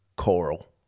Coral